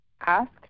ask